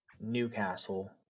Newcastle